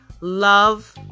love